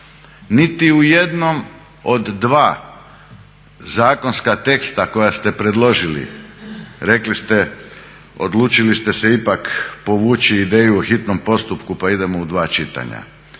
Niti u jednom od dva zakonska teksta koja ste predložili, rekli ste, odlučili ste se ipak povući ideju o hitnom postupku pa idemo u dva čitanja.